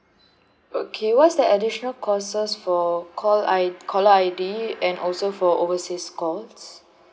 okay what's the additional cost for call I caller I_D and also for overseas calls